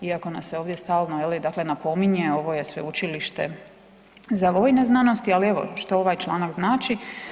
Iako nam se ovdje stalno je li dakle napominje ovo je sveučilište za vojne znanosti, ali evo što ovaj članak znači?